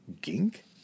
Gink